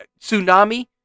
tsunami